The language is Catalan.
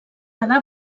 quedar